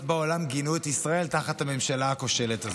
בעולם גינו את ישראל תחת הממשלה הכושלת הזאת.